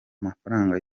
amafaranga